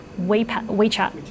WeChat